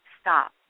Stop